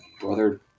brother